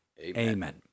Amen